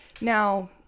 Now